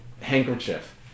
handkerchief